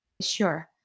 Sure